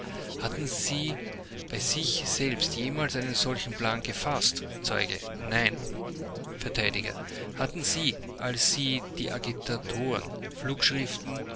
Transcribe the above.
hatten sie bei sich selbst jemals einen solchen plan gefaßt zeuge nein vert hatten sie als sie die agitatoren